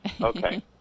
Okay